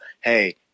hey